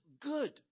good